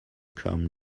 come